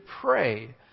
pray